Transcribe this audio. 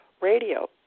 Radio